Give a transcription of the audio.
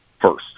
first